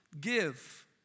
give